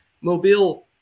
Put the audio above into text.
Mobile